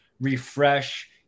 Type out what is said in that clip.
refresh